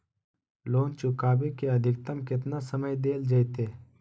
Loan चुकाबे के अधिकतम केतना समय डेल जयते?